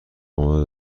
آماده